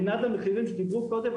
מנעד המחירים שידברו עליו פה קודם,